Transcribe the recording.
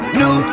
new